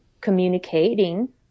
communicating